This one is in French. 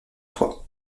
toit